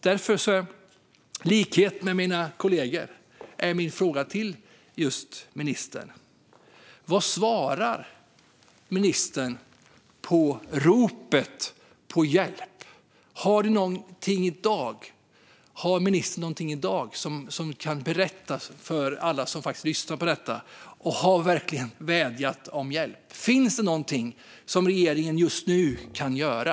Därför är min fråga till ministern, i likhet med mina kollegors: Vad svarar ministern på ropen om hjälp? Kan ministern berätta någonting i dag för alla som faktiskt lyssnar på detta och som verkligen har vädjat om hjälp? Finns det någonting som regeringen just nu kan göra?